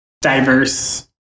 diverse